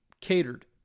catered